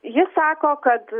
jis sako kad